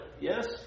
Yes